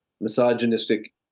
misogynistic